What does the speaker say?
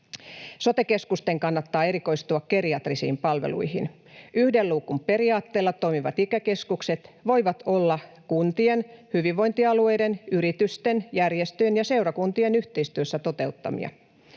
Sote-keskusten kannattaa erikoistua geriatrisiin palveluihin. Yhden luukun periaatteella toimivat ikäkeskukset voivat olla kuntien, hyvinvointialueiden, yritysten, järjestöjen ja seurakuntien yhteistyössä toteuttamia.